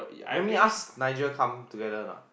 you want me ask Nigel come together or not